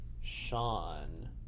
Sean